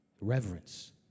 Reverence